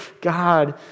God